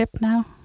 now